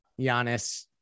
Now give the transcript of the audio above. Giannis